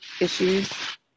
issues